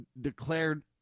declared